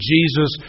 Jesus